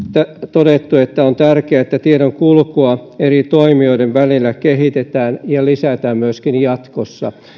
todettu että on tärkeää että tiedonkulkua eri toimijoiden välillä kehitetään ja lisätään myöskin jatkossa